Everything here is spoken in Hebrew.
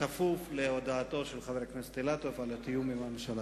כפוף להודעתו של חבר הכנסת אילטוב על תיאום עם הממשלה.